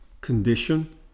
condition